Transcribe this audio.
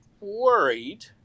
worried